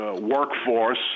workforce